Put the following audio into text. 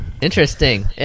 Interesting